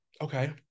Okay